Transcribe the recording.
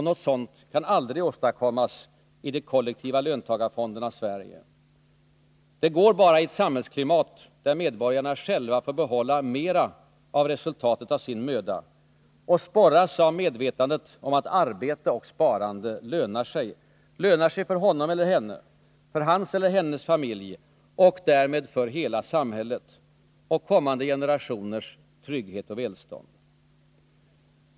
Något sådant kan aldrig åstadkommas i de kollektiva löntagarfondernas Sverige. Det går bara i ett samhällsklimat där medborgarna själva får behålla mera av resultatet av sin möda och sporras av medvetandet om att arbete och sparande lönar sig — lönar sig för honom eller henne, för hans eller hennes familj och därmed för hela samhället och kommande generationers trygghet och välstånd.